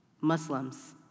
Muslims